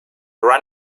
run